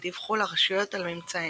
הם דיווחו לרשויות על ממצאיהם.